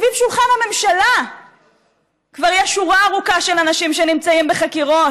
סביב שולחן הממשלה כבר יש שורה ארוכה של אנשים שנמצאים בחקירות.